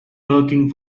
lurking